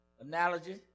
analogy